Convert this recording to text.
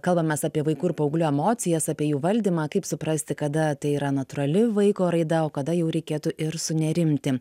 kalbamės apie vaikų ir paauglių emocijas apie jų valdymą kaip suprasti kada tai yra natūrali vaiko raida o kada jau reikėtų ir sunerimti